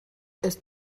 ist